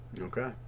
Okay